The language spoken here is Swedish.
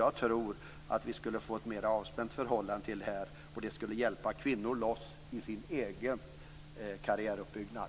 Jag tror att vi skulle få ett mer avspänt förhållande till dessa tjänster, och det skulle hjälpa kvinnor loss för deras egen karriäruppbyggnad.